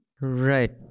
Right